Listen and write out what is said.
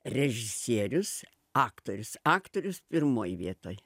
režisierius aktorius aktorius pirmoj vietoj